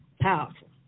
Powerful